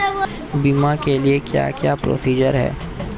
बीमा के लिए क्या क्या प्रोसीजर है?